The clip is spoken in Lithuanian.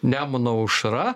nemuno aušra